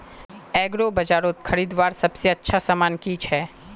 एग्रीबाजारोत खरीदवार सबसे अच्छा सामान की छे?